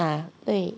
ah 对